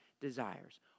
desires